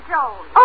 Jones